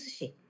sushi